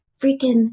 freaking